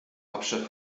hauptstadt